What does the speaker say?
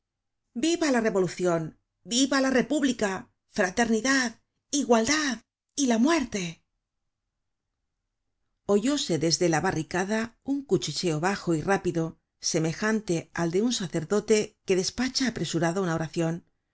viva la revolucion viva la republica fraternidad igualdad y la muerte oyóse desde la barricada un cuchicheo bajo y rápido semejante al de un sacerdote que despacha apresurado una oracion